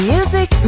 Music